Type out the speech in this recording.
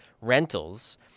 rentals